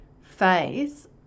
phase